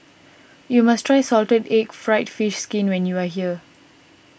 you must try Salted Egg Fried Fish Skin when you are here